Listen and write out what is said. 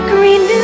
Green